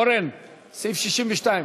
אורן, סעיף 62,